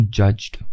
judged।